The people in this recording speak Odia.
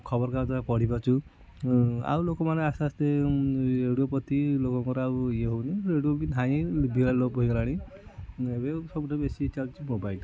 ଖବରକାଗଜ ଦ୍ୱାରା ପଢ଼ି ପାରୁଛୁ ଆଉ ଲୋମାନେ ଆସ୍ତେ ଆସ୍ତେ ରେଡ଼ିଓ ପ୍ରତି ଲୋକଙ୍କର ଆଉ ଇଏ ହେଉନି ରେଡ଼ିଓ ବି ଧାଇଁ ବିଲୋପ ହୋଇଗଲାଣି ଏବେ ସବୁଠୁ ବେଶୀ ଚାଲୁଛି ମୋବାଇଲ୍